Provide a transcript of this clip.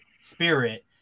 spirit